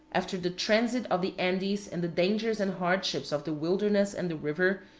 after the transit of the andes and the dangers and hardships of the wilderness and the river,